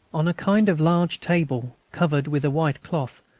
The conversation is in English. on a kind of large table, covered with a white cloth,